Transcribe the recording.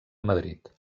madrid